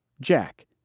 Jack